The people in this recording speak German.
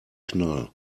knall